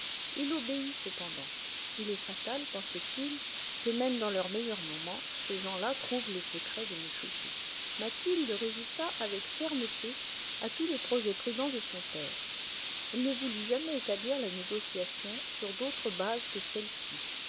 il obéit cependant il est fatal pensait-il que même dans leurs meilleurs moments ces gens-là trouvent le secret de me choquer mathilde résista avec fermeté à tous les projets prudents de son père elle ne voulut jamais établir la négociation sur d'autres bases que celles-ci